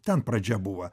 ten pradžia buvo